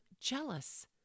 jealous